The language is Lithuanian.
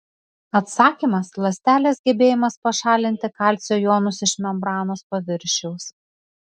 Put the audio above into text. atsakymas ląstelės gebėjimas pašalinti kalcio jonus iš membranos paviršiaus